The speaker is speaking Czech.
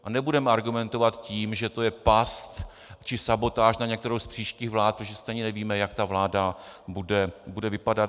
A nebudeme argumentovat tím, že to je past či sabotáž na některou z příštích vlád, že stejně nevíme, jak ta vláda bude vypadat.